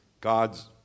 God's